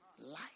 Light